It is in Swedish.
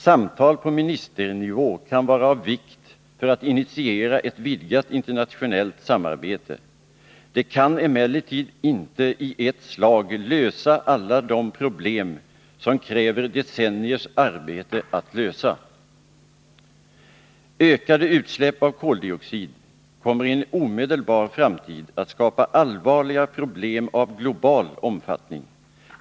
Samtal på ministernivå kan vara av vikt för att initiera ett vidgat internationellt samarbete. De kan emellertid inte i ett slag lösa alla de problem som kräver decenniers arbete för sin lösning. Ökade utsläpp av koldioxid kommer i en omedelbar framtid att skapa allvarliga problem av global omfattning.